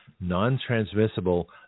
non-transmissible